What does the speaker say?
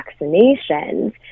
vaccinations